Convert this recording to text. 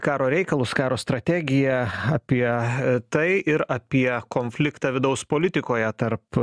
karo reikalus karo strategiją apie tai ir apie konfliktą vidaus politikoje tarp